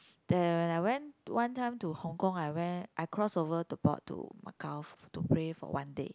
there when I went one time to Hong-Kong I went I cross over the board to Macau to play for one day